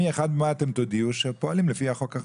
מ-1 במאי אתם תודיעו שפועלים לפי החוק החדש.